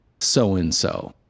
so-and-so